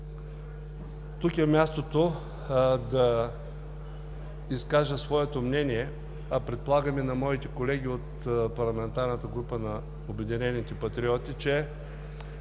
Тук е мястото да изкажа своето мнение, а предполагам и на моите колеги от парламентарната група на „Обединените патриоти“, че